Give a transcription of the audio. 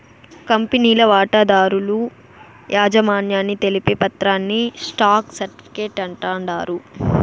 కంపెనీల వాటాదారుల యాజమాన్యాన్ని తెలిపే పత్రాని స్టాక్ సర్టిఫీకేట్ అంటాండారు